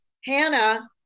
Hannah